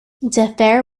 defer